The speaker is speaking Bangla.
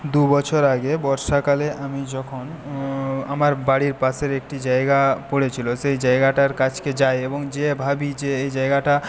দু বছর আগে বর্ষাকালে আমি যখন আমার বাড়ির পাশের একটি জায়গা পড়েছিল সেই জায়গাটার কাছে যাই এবং গিয়ে ভাবি যে এই জায়গাটা